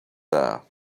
there